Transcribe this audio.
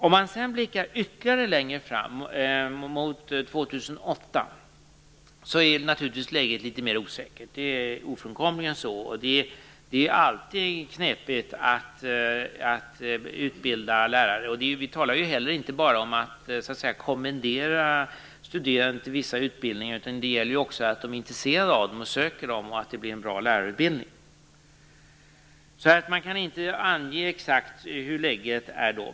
Om man sedan blickar ytterligare längre fram, mot år 2008, finner man naturligtvis att läget är litet mer osäkert. Det är ofrånkomligen så. Det är alltid knepigt att utbilda lärare, och vi kan inte kommendera studerande till vissa utbildningar. Det gäller också att de är intresserade av dem och att det blir en bra lärarutbildning. Man kan alltså inte exakt ange hur läget blir då.